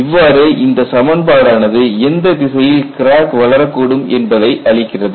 இவ்வாறு இந்த சமன்பாடு ஆனது எந்த திசையில் கிராக் வளரக்கூடும் என்பதை அளிக்கிறது